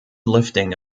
lifting